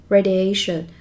Radiation